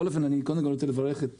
קודם כל אני רוצה לברך את